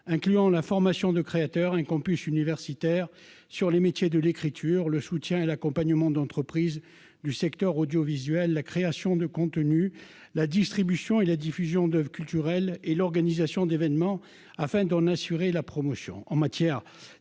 incluant la formation de créateurs, la mise en place d'un campus universitaire dédié aux métiers de l'écriture, l'accompagnement d'entreprises du secteur audiovisuel, la création de contenus, la distribution et la diffusion d'oeuvres culturelles et l'organisation d'événements afin d'en assurer la promotion.